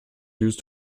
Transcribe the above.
used